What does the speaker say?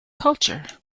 culture